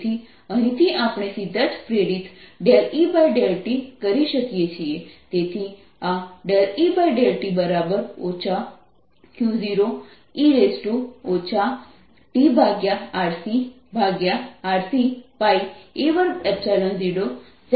તેથી અહીંથી આપણે સીધા જ પ્રેરિત E∂t કરી શકીએ છીએ તેથી આ E∂t Q0e tRCRCπa20 z છે